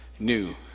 New